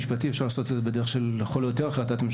אפשר לעשות את זה בדרך של לכל היותר החלטת ממשלה,